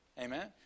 Amen